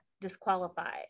disqualified